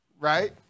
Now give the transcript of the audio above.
right